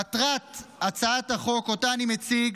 מטרת הצעת החוק שאותה אני מציג